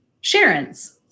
Sharon's